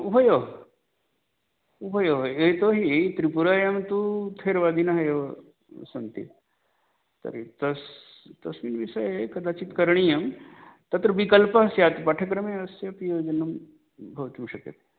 उभयोः उभयोः यतोहि त्रिपुरायां तु थेरवादिनः एव सन्ति तर्हि तस् तस्मिन् विषये कदाचित् करणीयं तत्र विकल्पः स्यात् पाठ्यक्रमे अस्यापि योजनं भवितुं शक्यते